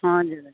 हजुर हजुर